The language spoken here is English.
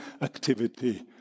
activity